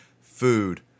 food